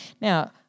Now